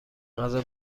غذا